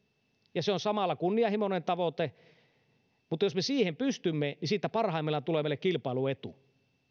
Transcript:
ja samalla kunnianhimoinen tavoite ja jos me siihen pystymme niin siitä parhaimmillaan tulee vielä kilpailuetu